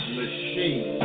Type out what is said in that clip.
machine